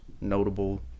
notable